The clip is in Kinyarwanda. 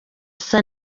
asa